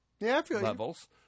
levels